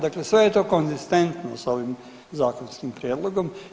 Dakle, sve je to konzistentno s ovim zakonskim prijedlogom.